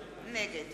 נגד